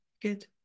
Good